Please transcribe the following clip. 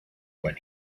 when